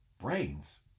Brains